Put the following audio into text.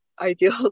ideal